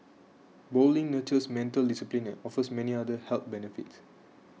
bowling nurtures mental discipline and offers many other health benefits